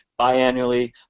biannually